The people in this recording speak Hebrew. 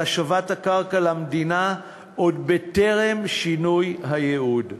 השבת הקרקע למדינה עוד טרם שינוי הייעוד.